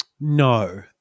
No